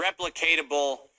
replicatable